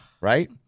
right